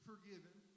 forgiven